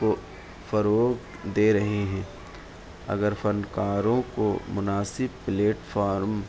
کو فروغ دے رہے ہیں اگر فنکاروں کو مناسب پلیٹفارم